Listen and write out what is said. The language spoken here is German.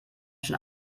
schon